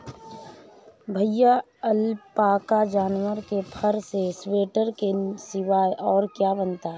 भैया अलपाका जानवर के फर से स्वेटर के सिवाय और क्या बनता है?